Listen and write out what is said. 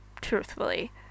truthfully